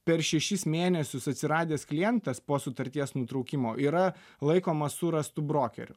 per šešis mėnesius atsiradęs klientas po sutarties nutraukimo yra laikomas surastu brokeriu